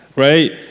right